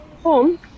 home